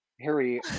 Harry